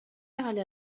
على